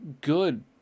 good